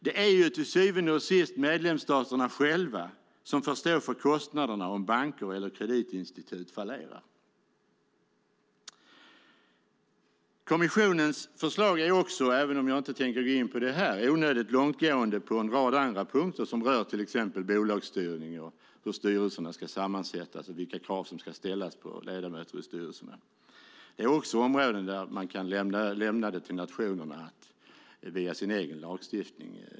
Det är ju till syvende och sist medlemsstaterna själva som får stå för kostnaderna om banker eller kreditinstitut fallerar. Kommissionens förslag är också - även om jag inte tänker gå in på det här - onödigt långtgående på en rad andra punkter som rör till exempel bolagsstyrning, hur styrelserna ska sammansättas och vilka krav som ska ställas på ledamöter i styrelserna. Det är också områden som kan lämnas över till nationerna att bestämma i den egna lagstiftningen.